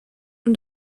und